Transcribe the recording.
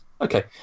Okay